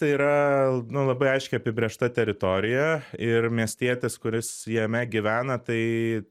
tai yra nu labai aiškiai apibrėžta teritorija ir miestietis kuris jame gyvena tai